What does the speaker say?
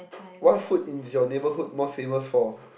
what food in your neighbourhood most famous for